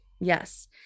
Yes